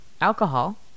alcohol